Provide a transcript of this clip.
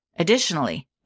Additionally